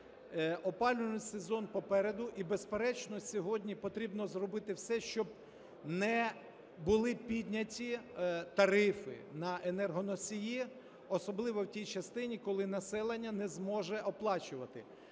Опалювальний сезон попереду і, безперечно, сьогодні потрібно зробити все, щоб не були підняті тарифи на енергоносії, особливо в тій частині, коли населення не зможе оплачувати.